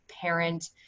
parent